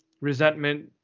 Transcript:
resentment